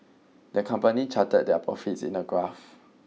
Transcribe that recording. the company charted their profits in a graph